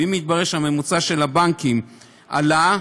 ואם יתברר שהממוצע של הבנקים עלה,